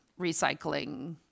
recycling